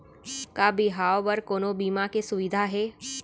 का बिहाव बर कोनो बीमा के सुविधा हे?